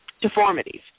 deformities